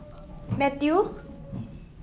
matthew